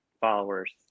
followers